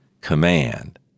command